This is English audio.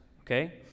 okay